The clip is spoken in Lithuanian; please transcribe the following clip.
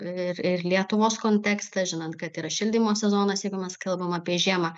ir ir lietuvos kontekstą žinant kad yra šildymo sezonas jeigu mes kalbam apie žiemą